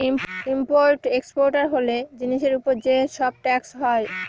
import exporter হলে জিনিসের উপর যে সব ট্যাক্স হয়